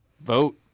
Vote